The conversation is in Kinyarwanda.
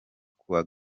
kuwa